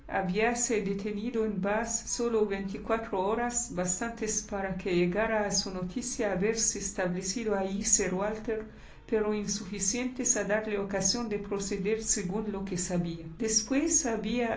habíase detenido en bath sólo veinticuatro horas bastantes para que llegara a su noticia haberse establecido allí sir walter pero insuficientes a darle ocasión de proceder según lo que sabía después